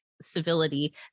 civility